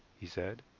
he said.